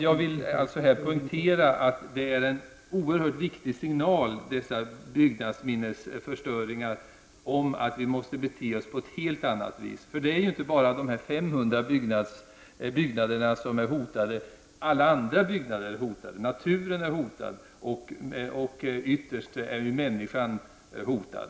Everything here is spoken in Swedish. Här vill jag poängtera att förstörelsen av dessa byggnadsminnesmärken är en oerhört viktig signal om att vi måste bete oss på ett helt annat sätt. Det är inte bara dessa 500 byggnader som är hotade, utan även andra byggnader är hotade, naturen är hotad och ytterst är människan hotad.